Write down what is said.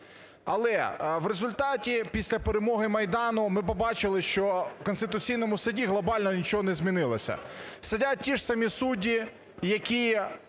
Але в результаті після перемоги Майдану ми побачили, що у Конституційному Суді глобально нічого не змінилося: сидять ті ж самі судді, які